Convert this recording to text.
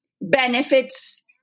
benefits